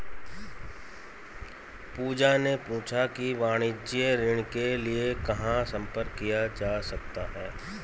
पूजा ने पूछा कि वाणिज्यिक ऋण के लिए कहाँ संपर्क किया जा सकता है?